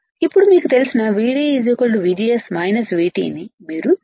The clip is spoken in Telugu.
ఇప్పుడు మీకు తెలిసినVD VGS VT ను మీరు చూస్తారు